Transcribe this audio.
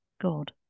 God